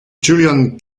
julian